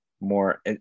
more